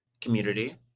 Community